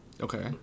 Okay